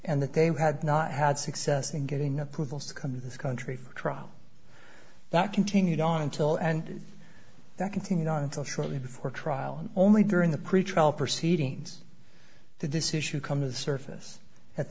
and that they had not had success in getting approvals to come to this country for a trial that continued on until and that continued until shortly before trial and only during the pretrial proceedings did this issue come to the surface at